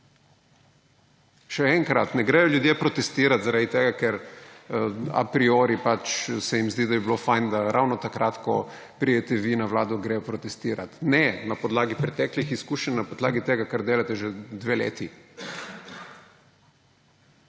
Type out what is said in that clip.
Še enkrat, ne gredo ljudje protestirat zaradi tega, ker a priori se jim zdi, da bi bilo fajn, da ravno takrat, ko pridete vi na vlado, gredo protestirat. Ne, na podlagi preteklih izkušenj, na podlagi tega, kar delate že dve leti.